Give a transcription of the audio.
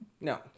no